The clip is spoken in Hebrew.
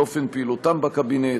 לאופן פעילותם בקבינט,